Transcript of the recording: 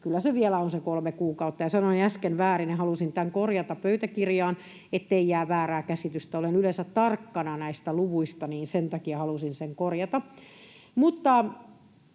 Kyllä se vielä on se kolme kuukautta. Sanoin äsken väärin ja halusin tämän korjata pöytäkirjaan, ettei jää väärää käsitystä. Olen yleensä tarkkana näistä luvuista, niin sen takia halusin sen korjata. Kun